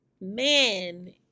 Man